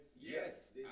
Yes